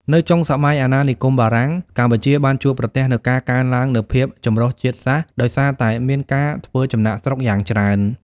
នៅចុងសម័យអាណានិគមបារាំង កម្ពុជាបានជួបប្រទះនូវការកើនឡើងនូវភាពចម្រុះជាតិសាសន៍ដោយសារតែមានការធ្វើចំណាកស្រុកយ៉ាងច្រើន។